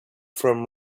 from